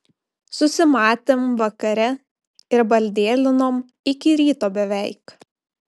susimatėm vakare ir baldėlinom iki ryto beveik